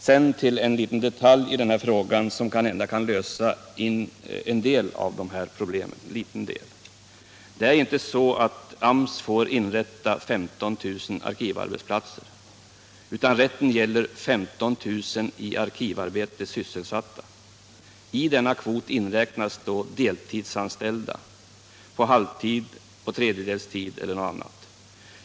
Sedan vill jag beröra en detalj i den här frågan som möjligen kan lösa en liten del av problemen. Det är inte så att AMS får inrätta 15 000 arkivarbetsplatser, utan rätten gäller 15 000 i arkivarbete sysselsatta. I denna kvot inräknas då deltidsanställda, bl.a. halvtid och tredjedelstid.